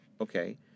okay